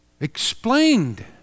explained